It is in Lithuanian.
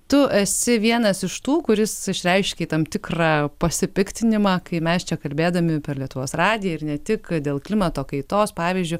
tu esi vienas iš tų kuris išreiškia tam tikrą pasipiktinimą kai mes čia kalbėdami per lietuvos radiją ir ne tik dėl klimato kaitos pavyzdžiu